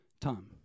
Tom